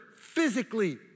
physically